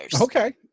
Okay